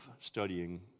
studying